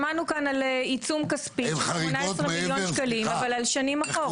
שמענו כאן על עיצום כספי על 18 מיליון שקלים אבל על שנים אחורה.